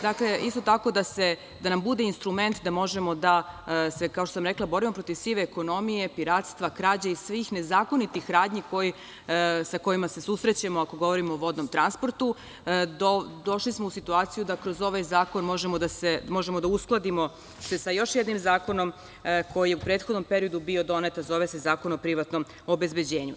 Dakle, isto tako, da nam bude instrument da možemo da se borimo protiv sive ekonomije, piratstva, krađe i svih nezakonitih radnji sa kojima se susrećemo ako govorimo o vodnom transportu, došli smo u situaciju da kroz ovaj zakon možemo da se uskladimo sa još jednim zakonom koji je u prethodnom periodu bio donet, a zove se Zakon o privatnom obezbeđenju.